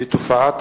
בתופעת